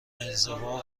انزوا